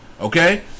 Okay